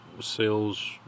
sales